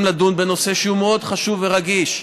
לדון בנושא שהוא מאוד חשוב ורגיש,